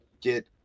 get